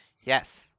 Yes